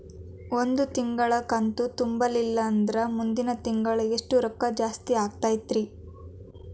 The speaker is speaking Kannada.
ಒಂದು ತಿಂಗಳಾ ಕಂತು ತುಂಬಲಿಲ್ಲಂದ್ರ ಮುಂದಿನ ತಿಂಗಳಾ ಎಷ್ಟ ರೊಕ್ಕ ಜಾಸ್ತಿ ಆಗತೈತ್ರಿ?